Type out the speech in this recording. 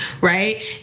right